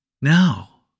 now